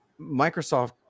Microsoft